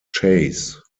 chase